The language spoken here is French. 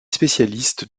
spécialistes